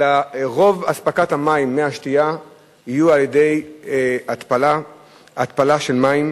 אלא רוב אספקת מי השתייה תהיה על-ידי התפלה של מים,